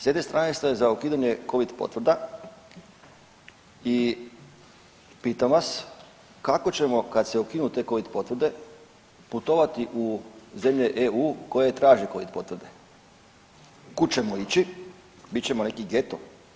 S jedne strane ste za ukidanje Covid potvrda i pitam vas kako ćemo kad se ukinu te Covid potvrde putovati u zemlje EU koje traže Covid potvrde, kud ćemo ići, bit ćemo neki geto?